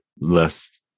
less